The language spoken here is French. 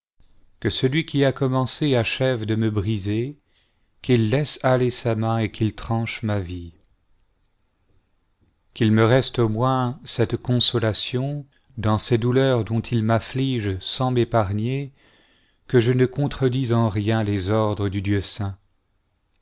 que celui qui a commencé achève de me briser qu'il laisse aller sa main et qu'il tranche ma vie qu'il me reste au moins cette consolation dans ces douleurs dont il m'afflige sans m'épargner que je ne contredise en rien les ordres du dieu saint